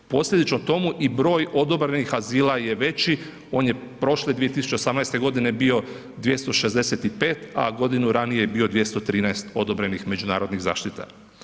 Posljedično tomu i broj odobrenih azila je veći, on je prošle 2018. godine bio 265, a godinu radnije je bio 213 odobrenih međunarodnih zaštita.